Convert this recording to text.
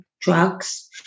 drugs